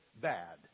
bad